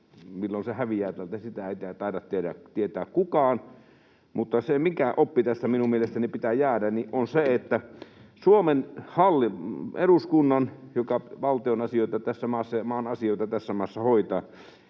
milloin se häviää täältä, sitä ei taida tietää kukaan. Mutta se oppi tästä minun mielestäni pitää jäädä, että Suomen eduskunnalla, joka valtion asioita tässä maassa ja maan